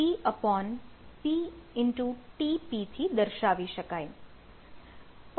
Tpથી દર્શાવી શકાય